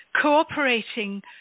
cooperating